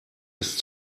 ist